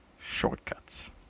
shortcuts